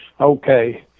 Okay